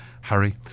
Harry